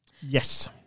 Yes